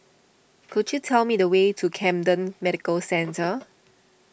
could you tell me the way to Camden Medical Centre